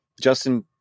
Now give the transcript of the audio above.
Justin